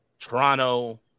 Toronto